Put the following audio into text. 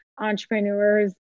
entrepreneurs